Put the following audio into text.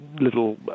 little